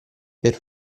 per